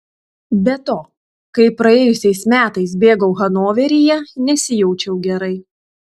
be to kai praėjusiais metais bėgau hanoveryje nesijaučiau gerai